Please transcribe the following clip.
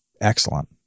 excellent